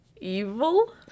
Evil